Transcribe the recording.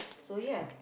so ya